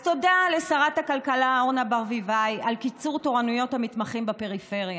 אז תודה לשרת הכלכלה אורנה ברביבאי על קיצור תורנויות המתמחים בפריפריה,